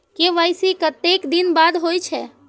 KYC कतेक दिन बाद होई छै?